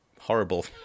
horrible